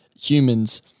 humans